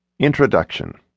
INTRODUCTION